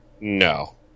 No